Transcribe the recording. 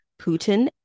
Putin